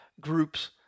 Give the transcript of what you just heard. groups